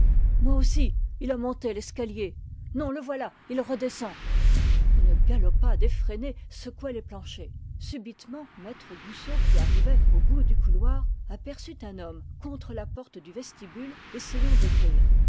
moi aussi il a monté l'escalier non le voilà il redescend une galopade effrénée secouait les planchers subitement maître goussot qui arrivait au bout du couloir aperçut un homme contre la porte du vestibule essayant d'ouvrir